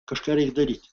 kažką reik daryti